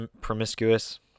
promiscuous